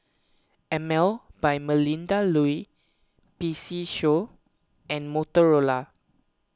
Emel by Melinda Looi P C Show and Motorola